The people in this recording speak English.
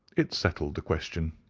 it settled the question.